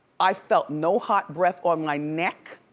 i felt no hot breath on my neck.